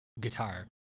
guitar